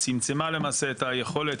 צמצמה למעשה את היכולת,